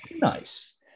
nice